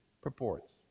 purports